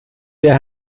ihr